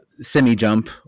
semi-jump